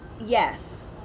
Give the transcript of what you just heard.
yes